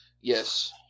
Yes